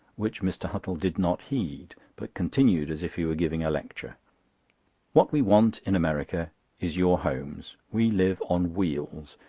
which mr. huttle did not heed but continued as if he were giving a lecture what we want in america is your homes. we live on wheels.